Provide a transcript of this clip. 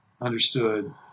understood